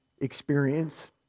experience